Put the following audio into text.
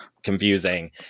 confusing